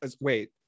wait